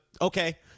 Okay